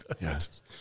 Yes